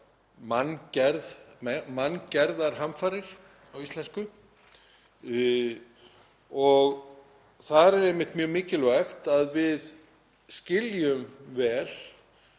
manngerðar hamfarir á íslensku. Þar er einmitt mjög mikilvægt að við skiljum vel